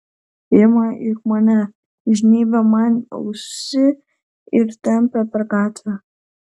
ima ir mane žnybia man ausį ir tempia per gatvę